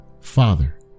father